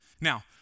Now